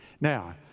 Now